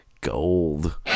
gold